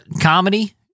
comedy